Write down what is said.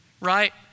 right